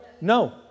no